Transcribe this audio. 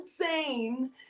insane